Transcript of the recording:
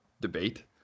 debate